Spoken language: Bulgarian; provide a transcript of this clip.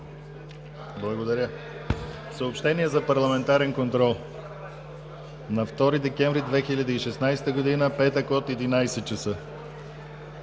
Благодаря